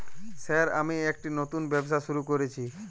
Sir আমি একটি নতুন ব্যবসা শুরু করেছি?